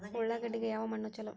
ಉಳ್ಳಾಗಡ್ಡಿಗೆ ಯಾವ ಮಣ್ಣು ಛಲೋ?